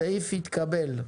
הסעיף התקבל.